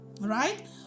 Right